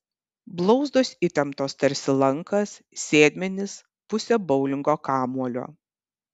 blauzdos įtemptos tarsi lankas sėdmenys pusė boulingo kamuolio